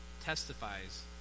testifies